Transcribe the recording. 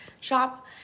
shop